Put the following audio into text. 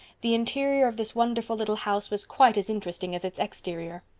the interior of this wonderful little house was quite as interesting as its exterior.